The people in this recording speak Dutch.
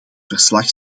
verslag